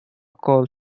called